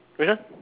which one